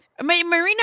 Marina